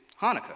Hanukkah